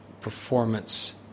performance